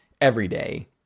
everyday